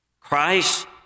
Christ